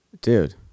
dude